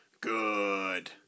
good